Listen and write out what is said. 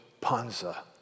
Panza